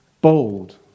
bold